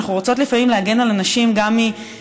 אנחנו רוצות לפעמים להגן על הנשים מלחצים,